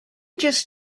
just